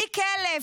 תיק 1000,